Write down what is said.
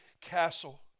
castle